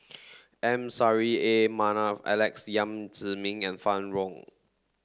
M Saffri A Manaf Alex Yam Ziming and Fann Wong